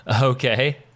Okay